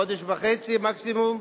חודש וחצי מקסימום,